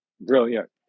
Brilliant